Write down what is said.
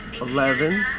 eleven